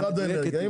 משרד האנרגיה,